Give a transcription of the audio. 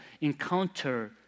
encounter